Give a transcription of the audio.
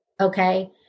Okay